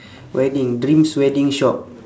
wedding drinks wedding shop